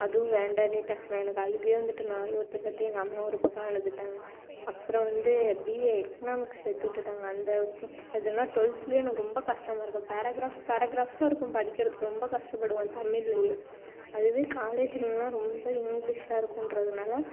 அதுவும் வேண்டாம்ன்னுட்டேன் நான் எனக்கு அழுகையே வந்துட்டு நான் அழுவுறத பார்த்து எங்கள் அம்மாவும் ஒரு பக்கம் அழுதுட்டாங்க அப்புறம் வந்து பிஏ எக்கனாமிக்ஸ் சேர்த்து விட்டுட்டாங்க அந்த எதுலேனா டுவெல்த்லேயே எனக்கு ரொம்ப கஷ்டமாக இருக்கும் பேராக்ராப் பேராக்ராப்ஃபாருக்கும் படிக்கிறதுக்கு ரொம்ப கஷ்டப்படுவேன் தமிழ்லையே அதுவே காலேஜிலேலாம் ரொம்ப இங்கிலீஷாக இருக்குதுன்றதுனால